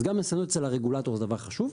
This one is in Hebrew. אז גם נסיינות אצל הרגולטור זה דבר חשוב.